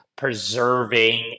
preserving